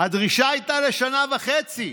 הדרישה הייתה לשנה וחצי,